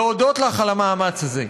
להודות לך על המאמץ הזה.